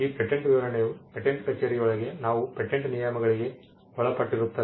ಈ ಪೇಟೆಂಟ್ ವಿವರಣೆಯು ಪೇಟೆಂಟ್ ಕಚೇರಿಯೊಳಗೆ ನಾವು ಪೇಟೆಂಟ್ ನಿಯಮಗಳಿಗೆ ಒಳಪಟ್ಟಿರುತ್ತದೆ